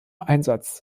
einsatz